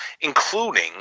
including